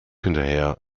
hinterher